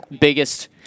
biggest